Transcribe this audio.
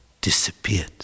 disappeared